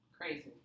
Crazy